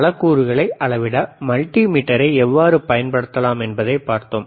பல கூறுகளை அளவிட மல்டிமீட்டரை எவ்வாறு பயன்படுத்தலாம் என்பதைப் பார்த்தோம்